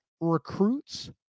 Recruits